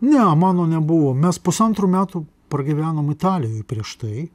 ne mano nebuvo mes pusantrų metų pragyvenom italijoj prieš tai